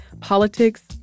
politics